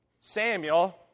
Samuel